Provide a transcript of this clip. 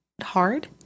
hard